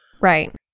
Right